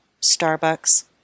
Starbucks